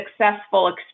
successful